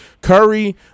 Curry